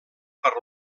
per